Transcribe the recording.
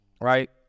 right